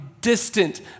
distant